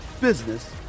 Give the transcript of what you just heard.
business